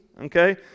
okay